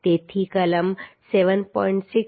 તેથી કલમ 7